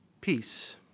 peace